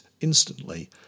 instantly